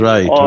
Right